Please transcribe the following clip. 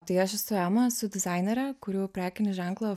tai aš esu ema esu dizainerė kuriu prekinį ženklą